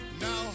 Now